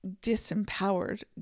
disempowered